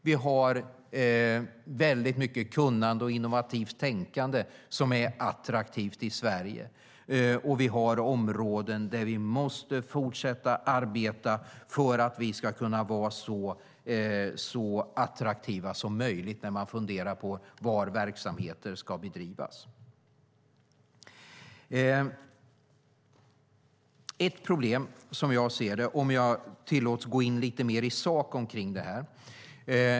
Vi har väldigt mycket kunnande och innovativt tänkande som är attraktivt i Sverige, och vi har områden där vi måste fortsätta arbeta för att vi ska kunna vara så attraktiva som möjligt när man funderar på var verksamheter ska bedrivas. Det finns ett problem, som jag ser det, om jag tillåts gå in lite mer i sak på det här.